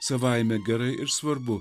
savaime gerai ir svarbu